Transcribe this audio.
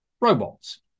robots